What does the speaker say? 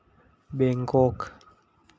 Bangkok